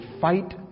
fight